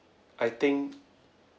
I think